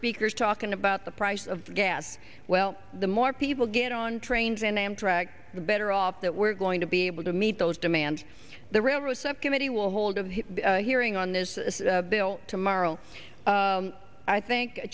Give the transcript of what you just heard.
speakers talking about the price of gas well the more people get on trains and amtrak the better off that we're going to be able to meet those demands the railroads subcommittee will hold of hearing on this bill tomorrow i think